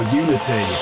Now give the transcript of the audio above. unity